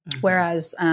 Whereas